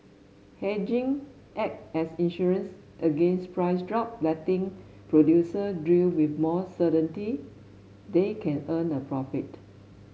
hedging act as insurance against price drops letting producer drill with more certainty they can earn a profit